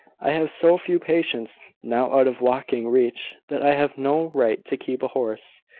i have so few patients now out of walking reach, that i have no right to keep a horse.